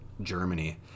germany